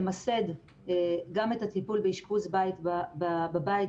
למסד גם את הטיפול באשפוז בית בבית,